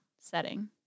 setting